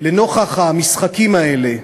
לנוכח המשחקים האלה,